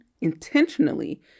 intentionally